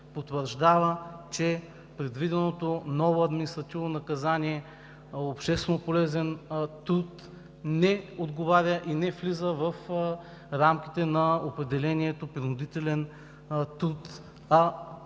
потвърждава, че предвиденото ново административно наказание общественополезен труд не отговаря и не влиза в рамките на определението „принудителен труд“, а